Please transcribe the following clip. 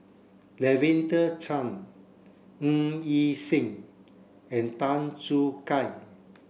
Lavender Chang Ng Yi Sheng and Tan Choo Kai